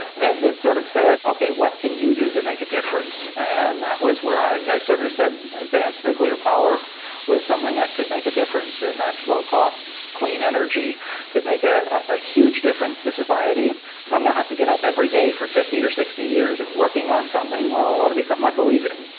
and this sort of said ok, what can you do to make a difference? and that was where i sort of said advanced nuclear power was something that could make a difference, and that low-cost clean energy could make a a huge difference to society. if i'm gonna have to get up every day for fifty or sixty years and working on something well it ought to be something i believe in.